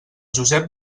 josep